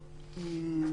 משפט.